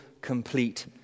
complete